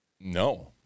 no